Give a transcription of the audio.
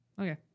Okay